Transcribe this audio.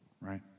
right